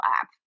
app